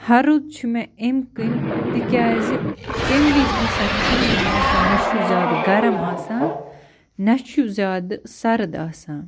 ہَرُد چھُ مےٚ اَمہِ کِنۍ تِکیٛازِ تَمہِ وِزِ ہسا چھُنہٕ یہِ موسَم نہٕ چھُ زیادٕ گرم آسان نہٕ چھُ زیادٕ سرد آسان